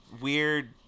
weird